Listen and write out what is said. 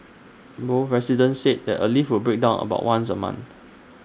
both residents said A lift would break down about once A month